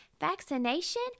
Vaccination